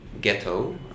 ghetto